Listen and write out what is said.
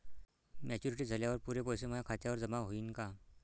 Maturity झाल्यावर पुरे पैसे माया खात्यावर जमा होईन का?